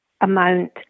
amount